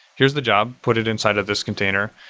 here's the job. put it inside of this container.